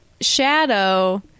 Shadow